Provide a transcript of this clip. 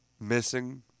missing